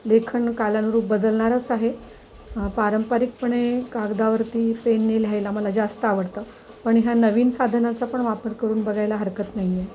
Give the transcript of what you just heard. लेखन कालानुरूप बदलणारच आहे पारंपरिकपणे कागदावरती पेनने लिहायला मला जास्त आवडतं पण ह्या नवीन साधनाचा पण वापर करून बघायला हरकत नाही आहे